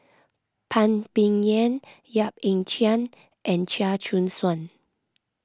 Phan Ming Yen Yap Ee Chian and Chia Choo Suan